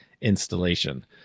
installation